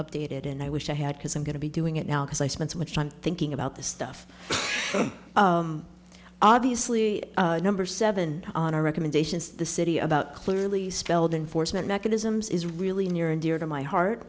updated and i wish i had because i'm going to be doing it now because i spent so much time thinking about this stuff obviously number seven on our recommendations the city about clearly spelled enforcement mechanisms is really near and dear to my heart